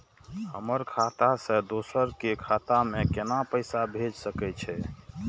हमर खाता से दोसर के खाता में केना पैसा भेज सके छे?